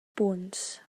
punts